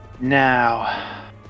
Now